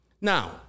Now